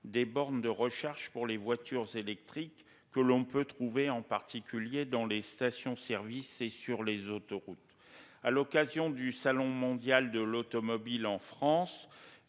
des bornes de recharge pour les voitures électriques, que l'on peut trouver en particulier dans les stations-service et sur les autoroutes. Lors du salon mondial de l'automobile en France,